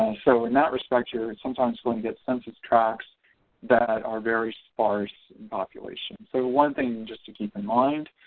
um so in that respect here sometimes going to get census tracts that are very sparse in population. so one thing just to keep in mind.